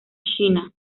china